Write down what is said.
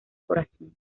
corazón